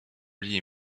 really